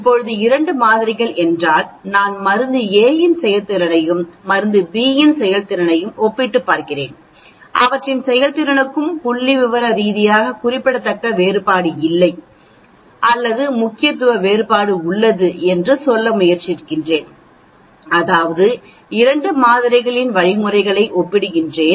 இப்போது இரண்டு மாதிரிகள் என்றால் நான் மருந்து A இன் செயல்திறனையும் மருந்து B இன் செயல்திறனையும் ஒப்பிட்டுப் பார்க்கிறேன் அவற்றின் செயல்திறனுக்கும் புள்ளிவிவர ரீதியாக குறிப்பிடத்தக்க வேறுபாடு இல்லை அல்லது முக்கியத்துவ வேறுபாடு உள்ளது என்று சொல்ல முயற்சிக்கிறேன் அதாவது 2 மாதிரிகளின் வழிமுறைகளை ஒப்பிடுகிறேன்